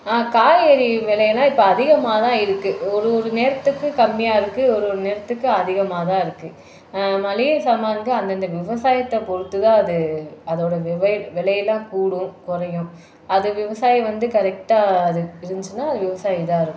காய்கறி விலையெல்லாம் இப்போ அதிகமாக தான் இருக்குது ஒரு ஒரு நேரத்துக்கு கம்மியாக இருக்குது ஒரு ஒரு நேரத்துக்கு அதிகமாக தான் இருக்குது மளிகை சாமான் வந்து அந்தந்த விவசாயத்தை பொறுத்து தான் அது அதோடய விவே விலையெல்லாம் கூடும் குறையும் அது விவசாயம் வந்து கரெக்டாக அது இருந்துச்சின்னால் அது விவசாய இதாக இருக்கும்